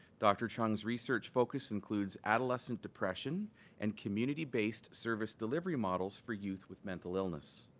dr. cheung's research focus includes adolescent depression and community-based service delivery models for youth with mental illness.